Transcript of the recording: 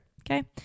okay